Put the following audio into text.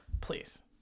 please